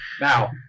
Now